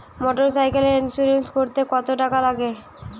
মোটরসাইকেলের ইন্সুরেন্স করতে কত টাকা লাগে?